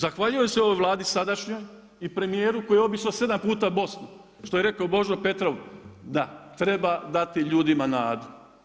Zahvaljujem se ovoj Vladi sadašnjoj i premijeru koji je obišao 7 puta Bosnu, što je rekao Božo Petrov da treba dati ljudima nadu.